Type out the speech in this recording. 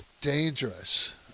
dangerous